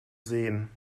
sehen